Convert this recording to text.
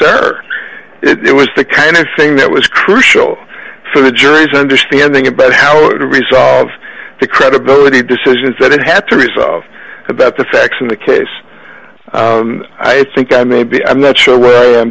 error it was the kind of thing that was crucial for the jury's understanding about how or to resolve the credibility decisions that had to resolve about the facts in the case i think i may be i'm not sure